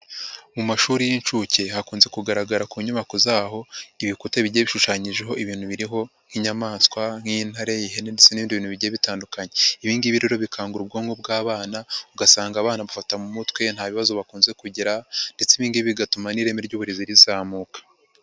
Mu mashuri y'inshuke hakunze kugaragara ku nyubako z'aho ibikuta bigiye bishushanyijeho ibintu biriho nk'inyamaswa nk'intare, ihene ndetse n'ibindi bintu bigiye bitandukanye, ibindi ngibi rero bikangura ubwonko bw'abana ugasanga abana bafata mu mutwe nta bibazo bakunze kugira ndetse ibi ngibi bigatuma n'ireme ry'uburezi rizamuka.